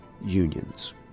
unions